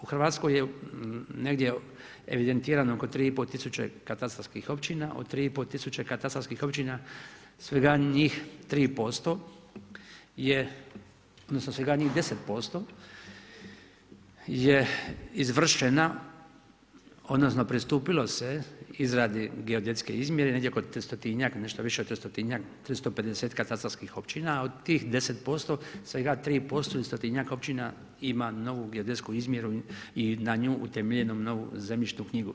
U Hrvatskoj je negdje evidentirano oko 3500 katastarskih općina, od 3500 katastarskih općina svega njih 3% je odnosno, svega njih 10% je izvršena odnosno, pristupilo se izradi geodetske izmjere negdje oko 300, nešto više od 300, 350 katastarskih općina, a od tih 10% svega 3% i 100 općina ima novu geodetsku izmjeru i na nju utemeljenu novu zemljišnu knjigu.